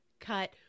cut